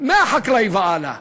מהחקלאי והלאה.